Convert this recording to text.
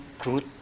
truth